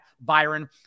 Byron